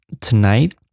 tonight